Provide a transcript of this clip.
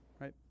right